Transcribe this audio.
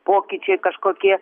pokyčiai kažkokie